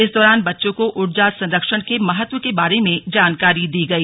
इस दौरान बच्चों को ऊर्जा संरक्षण के महत्व के बारे में जानकारी दी गई